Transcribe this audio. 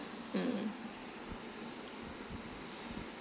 mm